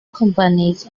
companies